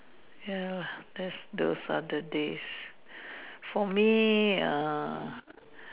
ya lah that's those Saturdays for me err